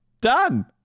Done